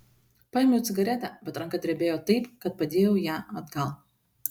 paėmiau cigaretę bet ranka drebėjo taip kad padėjau ją atgal